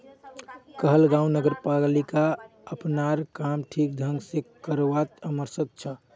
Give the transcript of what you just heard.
कहलगांव नगरपालिका अपनार काम ठीक ढंग स करवात असमर्थ छ